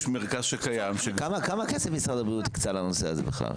יש מרכז שקיים --- כמה כסף משרד הבריאות הקצה לנושא הזה בכלל?